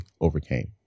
overcame